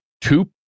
two